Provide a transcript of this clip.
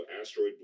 Asteroid